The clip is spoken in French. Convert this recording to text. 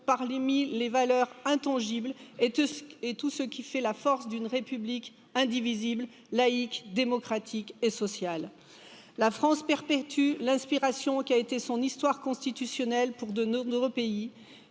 parmi les valeurs intangibles et tout ce qui fait la force d'une République indivisible, laïque, démocratique et sociale, la France perpétue l'inspiration a été son histoire constitutionnelle pour de nombreux pays,